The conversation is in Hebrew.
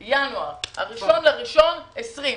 ב-1.1.2020.